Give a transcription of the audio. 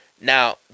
Now